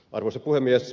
arvoisa puhemies